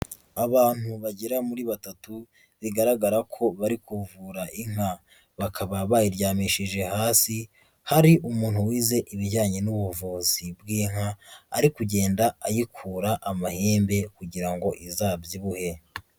Abantu bagera muri batatu, bigaragara ko bari kuvura inka. Bakaba bayiryamishije hasi, hari umuntu wize ibijyanye n'ubuvuzi bw'inka. Ari kugenda ayikura amahembe, kugira ngo izabyibuhe.